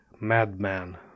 madman